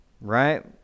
Right